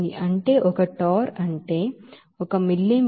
అంటే ఒక torr అంటే ఒక మిల్లీమీటర్ మెర్క్యురీ ప్రజర్ అని అర్థం